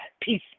peace